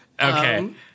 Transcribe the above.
Okay